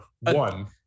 one